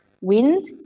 wind